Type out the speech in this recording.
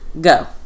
Go